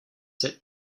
sit